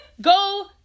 go